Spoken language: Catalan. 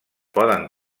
poden